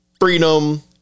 Freedom